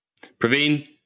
Praveen